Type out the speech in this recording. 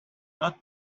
not